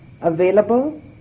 available